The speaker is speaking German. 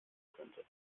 könnte